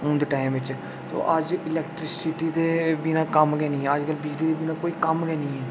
हून दे टाइम बिच तो अज्ज इलेक्ट्रिसिटी दे बिना कम्म गै निं ऐ अज्जकल बिजली दे बिना कोई कम्म गै निं ऐ